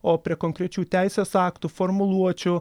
o prie konkrečių teisės aktų formuluočių